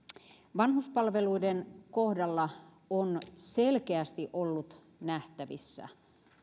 vanhuspalveluiden kohdalla on selkeästi ollut nähtävissä